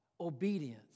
obedience